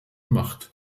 macht